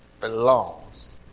belongs